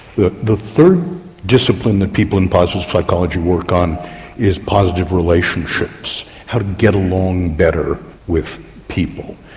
the the third discipline that people in positive psychology work on is positive relationships, how to get along better with people.